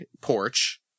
porch